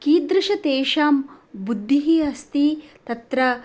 कीदृशा तेषां बुद्धिः अस्ति तत्र